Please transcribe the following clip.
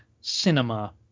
cinema